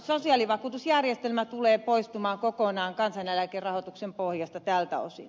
sosiaalivakuutusjärjestelmä tulee poistumaan kokonaan kansaneläkerahoituksen pohjasta tältä osin